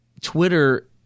Twitter